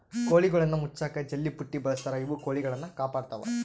ಕೋಳಿಗುಳ್ನ ಮುಚ್ಚಕ ಜಲ್ಲೆಪುಟ್ಟಿ ಬಳಸ್ತಾರ ಇವು ಕೊಳಿಗುಳ್ನ ಕಾಪಾಡತ್ವ